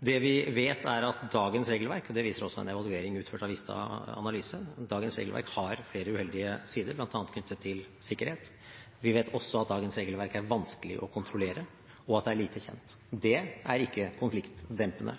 Det vi vet, er at dagens regelverk – og det viser også en evaluering utført av Vista Analyse – har flere uheldige sider, bl.a. knyttet til sikkerhet. Vi vet også at dagens regelverk er vanskelig å kontrollere, og at det er lite kjent. Det er ikke konfliktdempende.